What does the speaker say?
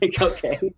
okay